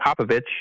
Popovich